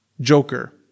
Joker